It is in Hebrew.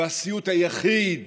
והסיוט היחיד